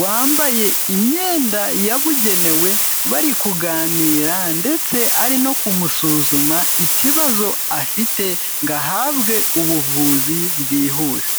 wambaye imyenda yabugenewe, bari kuganira ndetse ari no kumusuzuma ikibazo afite ngo ahabwe ubuvuzi bwihuse.